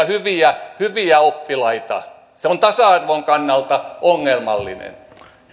hyviä hyviä oppilaita se on tasa arvon kannalta ongelmallinen